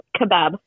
Kebab